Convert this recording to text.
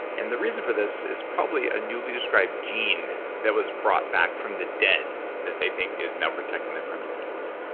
and the reason for this is probably a newly described gene that was brought back from the dead that they think is now protecting them from disease.